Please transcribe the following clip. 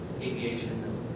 Aviation